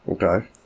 Okay